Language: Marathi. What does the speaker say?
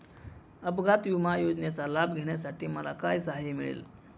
अपघात विमा योजनेचा लाभ घेण्यासाठी मला काय सहाय्य मिळेल?